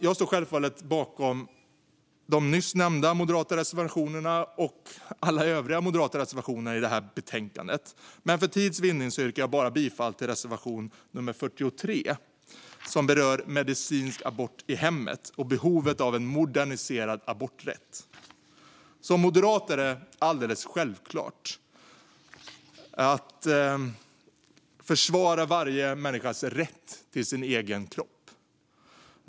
Jag står självfallet bakom de nyss nämnda moderata reservationerna och alla övriga moderata reservationer i betänkandet, men för tids vinnande yrkar jag bifall bara till reservation nummer 43, som berör medicinsk abort i hemmet och behovet av en moderniserad aborträtt. För en moderat är det alldeles självklart att försvara varje människas rätt till sin egen kropp.